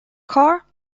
car